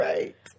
Right